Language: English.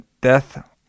death